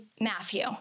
Matthew